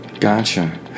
Gotcha